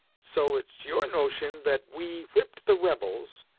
so it's your notion that we whipped the rebels,